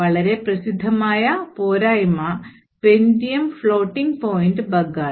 വളരെ പ്രസിദ്ധമായ പോരായ്മ പെന്റിയം ഫ്ലോട്ടിംഗ് പോയിന്റ് ബഗ് ആണ്